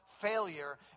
failure